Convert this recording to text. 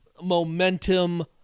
momentum